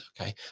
Okay